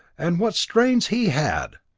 and what strains he had!